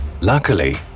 Luckily